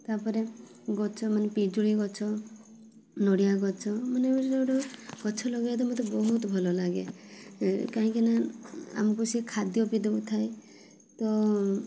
ତା'ପରେ ଗଛ ମାନେ ପିଜୁଳି ଗଛ ନଡ଼ିଆ ଗଛ ମାନେ ଗଛ ଲଗେଇବାକୁ ମୋତେ ବହୁତ ଭଲଲାଗେ କାହିଁକିନା ଆମକୁ ସେ ଖାଦ୍ୟ ବି ଦେଉଥାଏ ତ